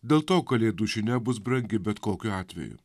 dėl to kalėdų žinia bus brangi bet kokiu atveju